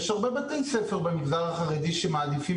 יש הרבה בתי ספר במגזר החרדי שמעדיפים